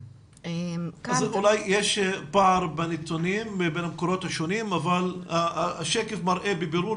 יש פער בנתונים בין המקורות השונים אבל השקף מראה בבירור